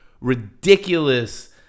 ridiculous